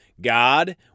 God